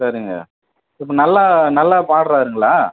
சரிங்க இப்போ நல்லா நல்லா பாடுறாருங்களா